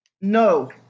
No